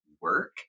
work